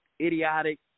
idiotic